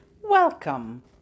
Welcome